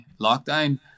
lockdown